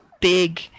big